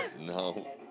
No